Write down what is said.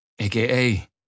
aka